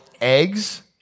eggs